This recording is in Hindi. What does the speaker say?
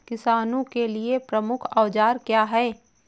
किसानों के लिए प्रमुख औजार क्या हैं?